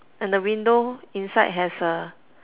and the window inside has a